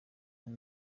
kuri